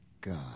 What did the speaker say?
God